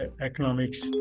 economics